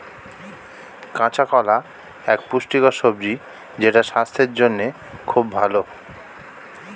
কাঁচা কলা এক পুষ্টিকর সবজি যেটা স্বাস্থ্যের জন্যে খুব ভালো